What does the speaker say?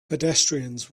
pedestrians